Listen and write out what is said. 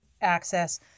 access